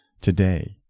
today